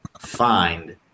find